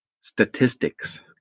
statistics